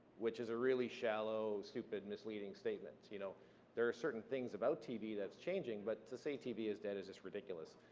which is a really shallow, stupid, misleading statement. you know there are certain things about tv that's changing, but to say tv is dead is just ridiculous.